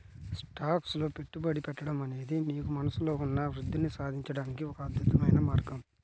stocks లో పెట్టుబడి పెట్టడం అనేది మీకు మనస్సులో ఉన్న వృద్ధిని సాధించడానికి ఒక అద్భుతమైన మార్గం